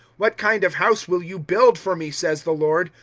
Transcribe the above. what kind of house will you build for me, says the lord,